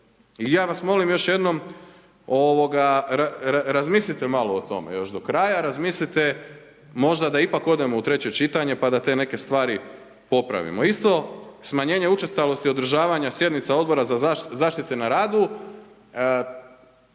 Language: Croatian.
I ja vas molim još jednom razmislite malo o tome do kraja, razmislite možda da ipak odemo u treće čitanje pa da te neke stvari popravimo. Isto smanjenje učestalosti održavanja sjednica Odbora za zaštitu na radu,